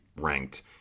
ranked